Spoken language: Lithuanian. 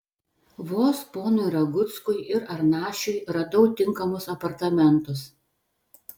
vos ponui raguckui ir arnašiui radau tinkamus apartamentus